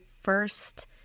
first